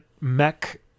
mech